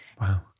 Wow